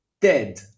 dead